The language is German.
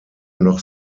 noch